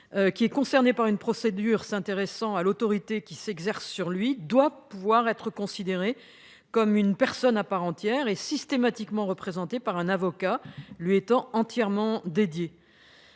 qui est concerné par une procédure portant sur l'autorité qui s'exerce sur lui doit être considéré comme une personne à part entière et, à ce titre, être systématiquement représenté par un avocat lui étant entièrement dédié.